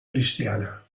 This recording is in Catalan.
cristiana